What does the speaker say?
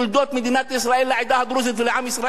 מדינת ישראל לעדה הדרוזית ולעם ישראל.